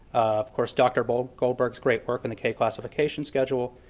of course, dr. but goldberg's great work on the k classification schedule,